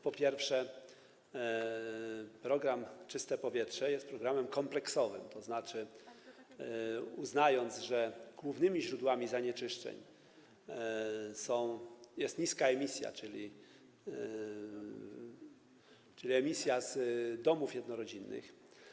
Po pierwsze, program „Czyste powietrze” jest programem kompleksowym, to znaczy uznając, że głównym źródłem zanieczyszczeń jest niska emisja, czyli emisja z domów jednorodzinnych.